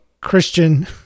Christian